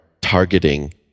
targeting